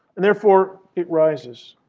and therefore, it rises.